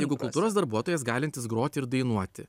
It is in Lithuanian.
jeigu kultūros darbuotojas galintis groti ir dainuoti